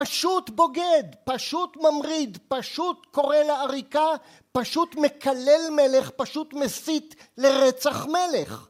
פשוט בוגד, פשוט ממריד, פשוט קורא לעריקה, פשוט מקלל מלך, פשוט מסית לרצח מלך.